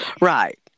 Right